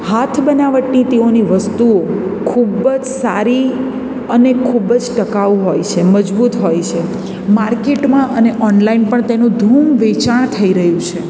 હાથ બનાવટની તેઓની વસ્તુઓ ખૂબ જ સારી અને ખૂબ જ ટકાઉ હોય છે મજબૂત હોય છે માર્કેટમાં અને ઓનલાઈન પણ તેનું ધૂમ વેચાણ થઈ રહ્યું છે